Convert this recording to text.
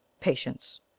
Patience